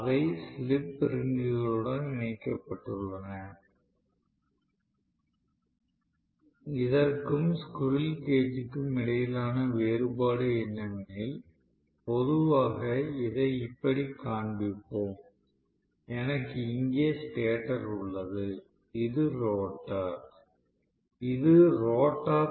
அவை ஸ்லிப் ரிங்குகளுடன் இணைக்கப்பட்டுள்ளன இதற்கும் ஸ்குரில் கேஜ் க்கும் இடையிலான வேறுபாடு என்னவெனில் பொதுவாக இதை இப்படி காண்பிப்போம் எனக்கு இங்கே ஸ்டேட்டர் உள்ளது இது ரோட்டார்